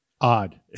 Odd